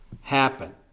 happen